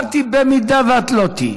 אמרתי, במידה שלא תהיי.